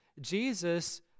Jesus